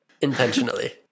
intentionally